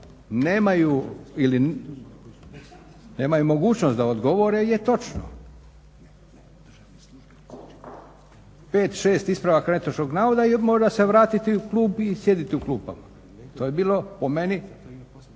nemaju mogućnost da odgovore je točno. 5, 6 ispravaka netočnog navoda i može se vratiti u klupu i sjediti u klupama, to je bilo po meni,